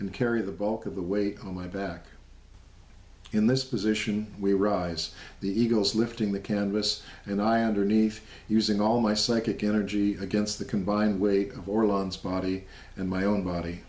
and carry the bulk of the weight on my back in this position we rise the eagles lifting the canvas and i underneath using all my psychic energy against the combined weight or lungs body and my own body